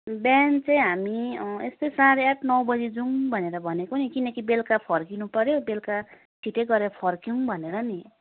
बिहान चाहिँ हामी यस्तै साँढे आठ नौबजी जाउँ भनेर भनेको नि किनकि बेलुका फर्किनु पऱ्यो बेलुका छिट्टै गरेर फर्कौँ भनेर नि